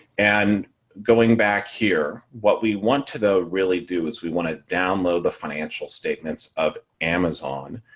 and going back here, what we want to though really do is we want to download the financial statements of amazon.